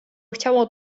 chciało